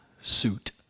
suit